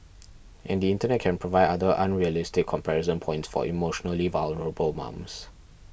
and the Internet can provide other unrealistic comparison points for emotionally vulnerable mums